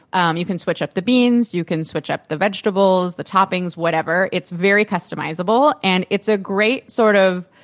um you can switch up the beans, you can switch up the vegetables, the toppings, whatever. it's very customizable, and it's a great sort of,